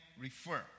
refer